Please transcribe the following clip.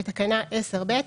בתקנה 10(ב),